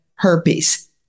herpes